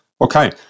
Okay